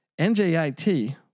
NJIT